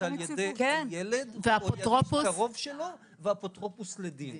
על-ידי הילד או ידיד קרוב שלו ואפוטרופוס לדין.